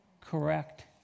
Correct